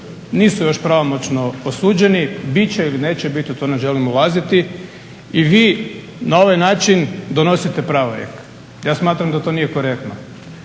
Nisu još pravomoćno osuđeni, bit će ili neće biti u to ne želim ulaziti i vi na ovaj način donosite pravorijek. Ja smatram da to nije korektno.